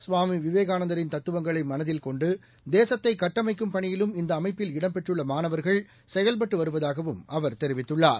சுவாமிவிவேகானந்தரின் தத்துவங்களைமனதில் கொண்டு தேசத்தைடட்டமைக்கும் பணியிலும் இந்தஅமைப்பில் இடம்பெற்றுள்ளமாணவர்கள் செயல்பட்டுவருவதாகவும் அவர் தெரிவித்துள்ளார்